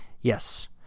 Yes